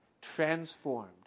transformed